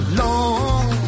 long